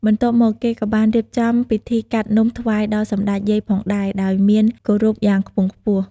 បន្ទាប់មក គេក៏បានរៀបចំពិធីកាត់នំថ្វាយដល់សម្តេចយាយផងដែរ ដោយមានគោរពយ៉ាងខ្ពង់ខ្ពស់។